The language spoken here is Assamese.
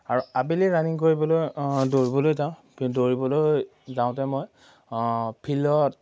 আৰু আবেলি ৰানিং কৰিবলৈ দৌৰিবলৈ যাওঁ দৌৰিবলৈ যাওঁতে মই ফিল্ডত